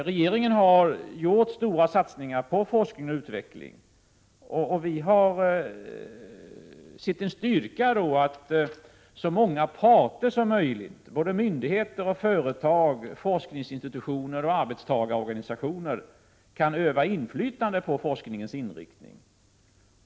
Regeringen har gjort stora satsningar på forskning och utveckling, och vi har sett en styrka i att så många parter som möjligt, både myndigheter och företag, forskningsinstitutioner och arbetstagarorganisationer, kan öva inflytande på forskningens inriktning.